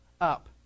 up